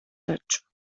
taču